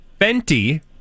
Fenty